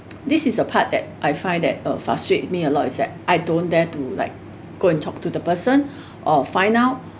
this is a part that I find that uh frustrate me a lot is that I don't dare to like go and talk to the person or find out